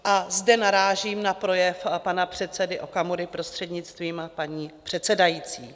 A zde narážím na projev pana předsedy Okamury, prostřednictvím paní předsedající.